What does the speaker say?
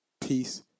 Peace